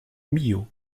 millau